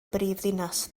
brifddinas